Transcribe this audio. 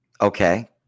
Okay